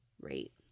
rate